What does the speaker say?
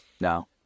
No